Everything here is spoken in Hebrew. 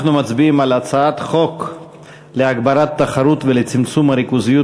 אנחנו מצביעים על הצעת חוק להגברת התחרות ולצמצום הריכוזיות